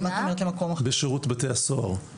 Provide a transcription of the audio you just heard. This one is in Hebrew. בשירות בתי הסוהר?